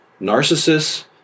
narcissists